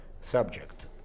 subject